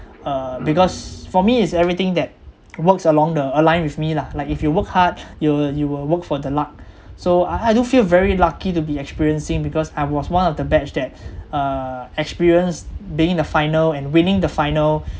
uh because for me it's everything that works along the align with me lah like if you work hard you will you will work for the luck so I I do feel very lucky to be experiencing because I was one of the batch that uh experienced being the final and winning the final